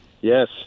Yes